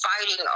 fighting